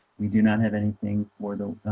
we do not have anything for the